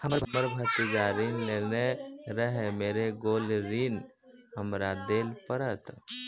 हमर पिताजी ऋण लेने रहे मेर गेल ऋण हमरा देल पड़त?